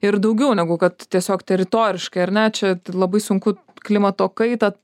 ir daugiau negu kad tiesiog teritoriškai ar ne čia labai sunku klimato kaitą